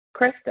Krista